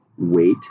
wait